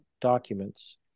documents